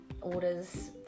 orders